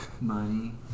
money